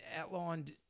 outlined